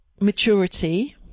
maturity